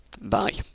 Bye